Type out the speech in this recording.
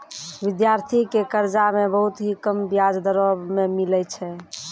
विद्यार्थी के कर्जा मे बहुत ही कम बियाज दरों मे मिलै छै